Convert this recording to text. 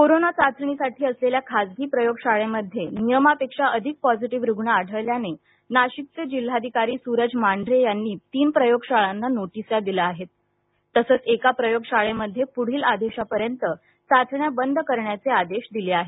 नाशिक कारवाई कोरोना चाचणीसाठी असलेल्या खासगी प्रयोगशाळेमध्ये नियमापेक्षा अधिक पॉझिटिव्ह रुग्ण आढळल्याने नाशिकचे जिल्हाधिकारी सुरज मांढरे यांनी तीन प्रयोगशाळांना नोटिसा दिल्या आहेत तसंच एका प्रयोगशाळेमध्ये पुढील आदेशापर्यंत चाचण्या बंद करण्याचे आदेश दिले आहेत